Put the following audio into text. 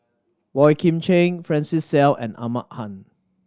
Boey Kim Cheng Francis Seow and Ahmad Khan